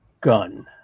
gun